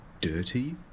dirty